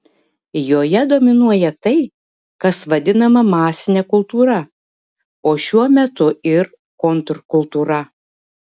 joje dominuoja tai kas vadinama masine kultūra o šiuo metu ir kontrkultūra